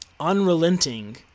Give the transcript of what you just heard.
unrelenting